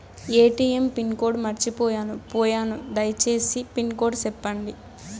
ATM pin code మర్చిపోయాను పోయాను దయసేసి పిన్ కోడ్ సెప్పండి?